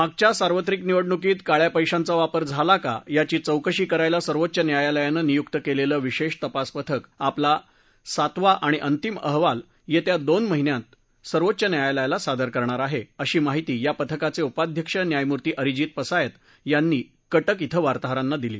मागच्या सार्वत्रिक निवडणुकीत काळ्या पैशांचा वापर झाला का याची चौकशी करायला सर्वोच्च न्यायालयानं नियुक्त केलेलं विशेष तपास पथक आपला सातवा आणि अंतिम अहवाल येत्या दोन महिन्यात सर्वोच्च न्यायालयाला सादर करणार आहे अशी माहिती या पथकाचे उपाध्यक्ष न्यायमूर्ती अरिजित पसायत यांनी कटक धिं वार्ताहरांना दिली